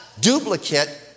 duplicate